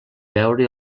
veure